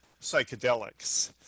psychedelics